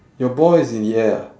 your ball is in the air ah